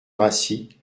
rassit